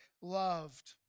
loved